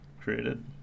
created